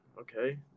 okay